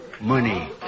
Money